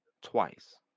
twice